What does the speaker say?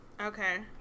Okay